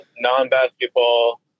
Non-basketball